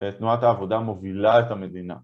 תנועת העבודה מובילה את המדינה